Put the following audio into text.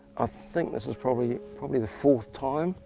ah think this is probably probably the fourth time?